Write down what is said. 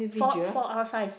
four four-R size